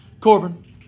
Corbin